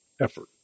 effort